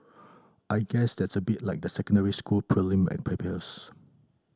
I guess that's a bit like the secondary school prelim and papers